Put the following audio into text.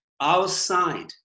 outside